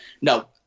no